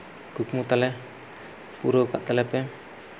ᱠᱩᱠᱢᱩ ᱛᱟᱞᱮ ᱯᱩᱨᱟᱹᱣ ᱠᱟᱜ ᱛᱟᱞᱮᱯᱮ